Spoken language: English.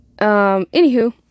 Anywho